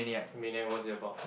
Maniac what is it about